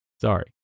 Sorry